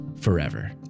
forever